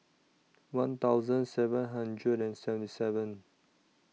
one thousand seven hundred and seventy seven